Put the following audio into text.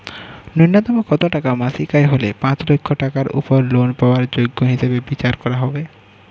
ন্যুনতম কত টাকা মাসিক আয় হলে পাঁচ লক্ষ টাকার উপর লোন পাওয়ার যোগ্য হিসেবে বিচার করা হবে?